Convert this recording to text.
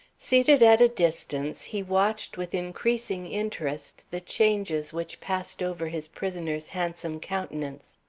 seated at a distance, he watched with increasing interest the changes which passed over his prisoner's handsome countenance.